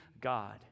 God